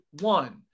one